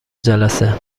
جلسه